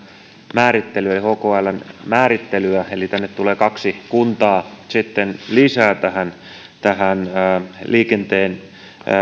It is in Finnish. määrittelyä ja hkln määrittelyä eli tänne tulee kaksi kuntaa lisää liikenteen